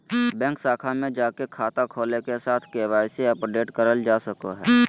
bank शाखा में जाके खाता खोले के साथ के.वाई.सी अपडेट करल जा सको हय